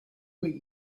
what